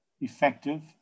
effective